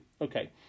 Okay